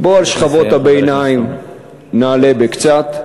בשכבות הביניים נעלה בקצת,